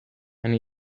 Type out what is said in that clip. and